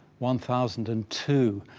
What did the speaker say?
one thousand and two.